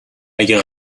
اگه